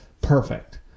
Perfect